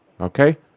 Okay